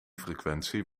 frequentie